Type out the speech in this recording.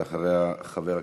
לאחר מכן,